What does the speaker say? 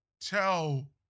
tell